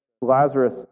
Lazarus